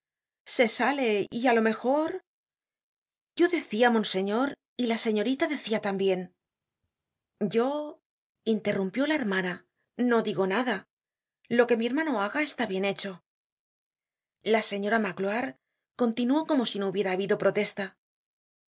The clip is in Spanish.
se sale y á lo mejor yo decia monseñor y la señorita decia tambien vo interrumpió la hermana no digo nada lo que mi hermano haga está bien hecho la señora magloire continuó como si no hubiera habido protesta